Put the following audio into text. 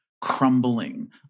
crumbling